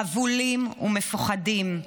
חבולים ומפוחדים.